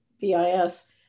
BIS